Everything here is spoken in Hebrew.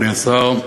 כבוד השר.